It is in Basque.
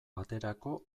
baterako